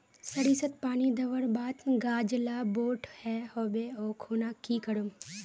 सरिसत पानी दवर बात गाज ला बोट है होबे ओ खुना की करूम?